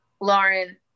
Lauren